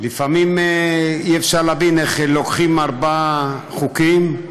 לפעמים אי-אפשר להבין איך לוקחים ארבעה חוקים,